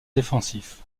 défensif